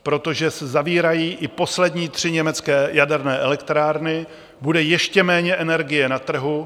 Protože se zavírají i poslední tři německé jaderné elektrárny, bude ještě méně energie na trhu.